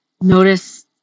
notice